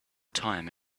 time